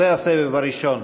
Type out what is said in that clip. זה הסבב הראשון.